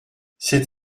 c’est